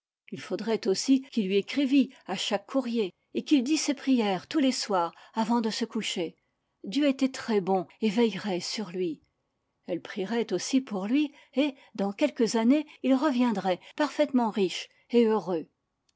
il faudrait aussi qu'il lui écrivît à chaque courrier et qu'il dît ses prières tous les soirs avant de se coucher dieu était très bon et veillerait sur lui elle prierait aussi pour lui et dans quelques années il reviendrait parfaitement riche et heureux